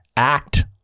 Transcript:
Act